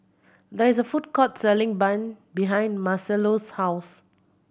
there is a food court selling bun behind Marcelo's house